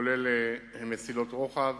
לרבות מסילות רוחב.